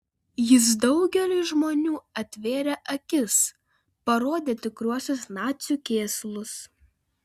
jis daugeliui žmonių atvėrė akis parodė tikruosius nacių kėslus